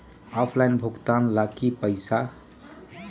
Offline भुगतान हो ला कि पईसा?